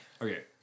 okay